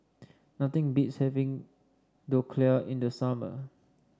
nothing beats having Dhokla in the summer